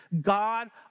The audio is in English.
God